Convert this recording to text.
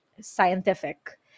scientific